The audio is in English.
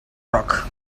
rock